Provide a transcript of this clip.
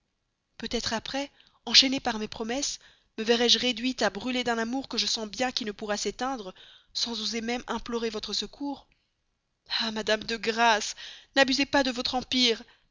peut-être après enchaîné par mes promesses me verrai-je réduit à brûler d'un amour que je sens bien qui ne pourra s'éteindre sans oser même implorer votre secours ah madame de grâce n'abusez pas de votre empire